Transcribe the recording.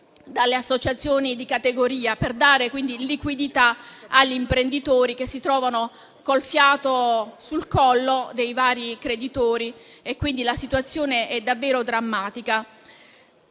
dalle associazioni di categoria, per dare liquidità agli imprenditori che si trovano col fiato sul collo dei vari creditori. La situazione, infatti, è davvero drammatica.